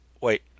Wait